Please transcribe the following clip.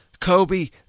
Kobe